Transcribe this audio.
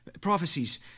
prophecies